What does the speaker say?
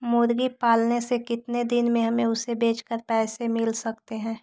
मुर्गी पालने से कितने दिन में हमें उसे बेचकर पैसे मिल सकते हैं?